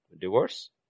divorce